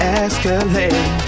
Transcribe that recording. escalate